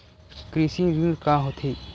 कृषि ऋण का होथे?